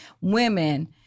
women